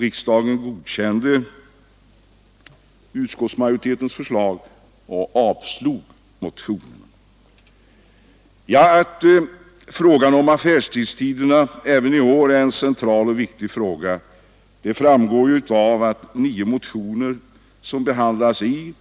Riksdagen godkände också utskottsmajoritetens förslag och avslog motionerna. Att frågan om affärstiderna även i år är en central och viktig fråga framgår av de nio motioner som behandlas i